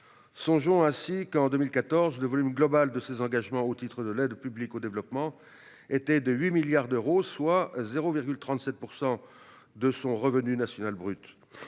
Souvenons-nous qu'en 2014 le volume global de ses engagements au titre de l'aide publique au développement était de 8 milliards d'euros, soit 0,37 % de son revenu national brut.